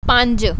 ਪੰਜ